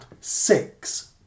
six